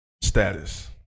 status